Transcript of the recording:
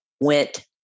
went